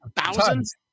Thousands